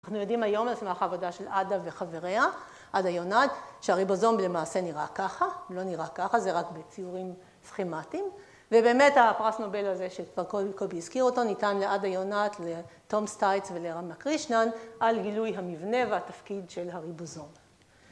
אנחנו יודעים היום על סמך העבודה של עדה וחבריה, עדה יונת, שהריבוזום למעשה נראה ככה, לא נראה ככה, זה רק בציורים סכימטיים. ובאמת הפרס נובל הזה שכבר קודם כל הזכיר אותנו, ניתן לעדה יונת, לתום סטייץ ולרמה קרישנן, על גילוי המבנה והתפקיד של הריבוזום.